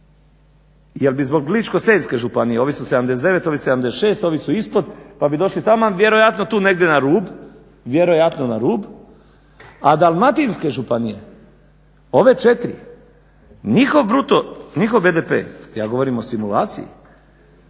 jer bi zbog Ličko-senjske županije ovi su 70 ovi 76, ovi su ispod pa bi došli taman vjerojatno tu negdje na rub, a dalmatinske županije ove 4 njihov BDP ja govorim o simulaciji